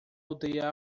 aldeia